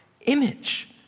image